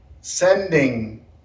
sending